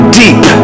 deep